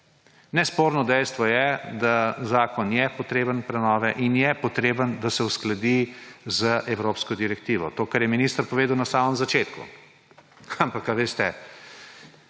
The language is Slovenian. Nesporno dejstvo je, da zakon je potreben prenove in se mora uskladiti z evropsko direktivo, to, kar je minister povedal na samem začetku. Ampak veste,